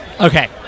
okay